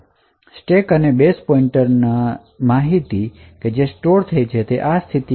તેથી સ્ટેક અને બેઝ પોઇંટરને કોંટેક્સ્ટ માં સેવ કરવા જેવી આ સ્થિતિ છે